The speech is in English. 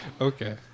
Okay